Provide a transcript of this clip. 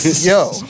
yo